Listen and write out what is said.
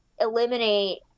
eliminate